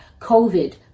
COVID